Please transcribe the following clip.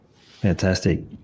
Fantastic